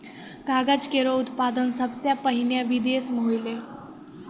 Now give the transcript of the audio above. कागज केरो उत्पादन सबसें पहिने बिदेस म होलै